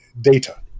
data